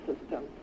system